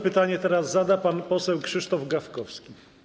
Pytanie teraz zada pan poseł Krzysztof Gawkowski.